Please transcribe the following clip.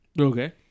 Okay